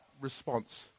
response